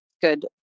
good